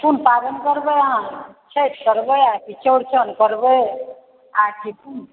तऽ कोन पाबनि करबै अहाँ छठि करबै आकि चौरचन करबै आकि